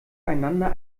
einander